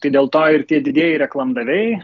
tai dėl to ir tie didieji reklamdaviai